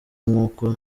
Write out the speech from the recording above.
nkuko